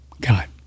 God